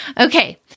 Okay